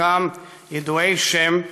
חלקם ידועי שם,